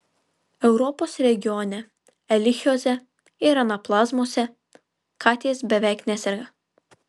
europos regione erlichioze ir anaplazmoze katės beveik neserga